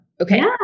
Okay